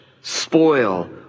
spoil